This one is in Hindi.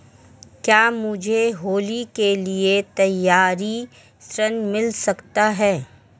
क्या मुझे होली के लिए त्यौहारी ऋण मिल सकता है?